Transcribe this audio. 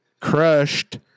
crushed